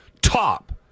Top